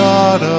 God